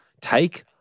take